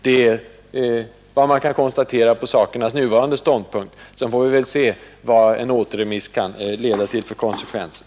Det är vad man kan konstatera på sakernas nuvarande ståndpunkt. Sedan får vi väl se vad en återremiss kan leda till för konsekvenser.